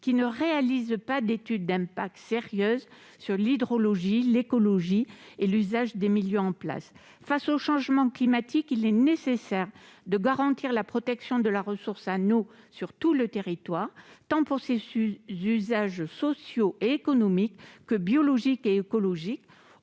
qui ne réalisent pas d'étude d'impact sérieuse sur l'hydrologie, l'écologie et l'usage des milieux en place. Face au changement climatique, il est nécessaire de garantir la protection de la ressource en eau sur tout le territoire, pour ses usages tant sociaux et économiques que biologiques et écologiques.